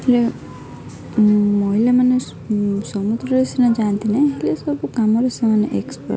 ହେଲେ ମହିଳାମାନେ ସମୁଦ୍ରରେ ସିନା ଯାଆନ୍ତି ନାହିଁ ହେଲେ ସବୁ କାମରେ ସେମାନେ ଏକ୍ସପର୍ଟ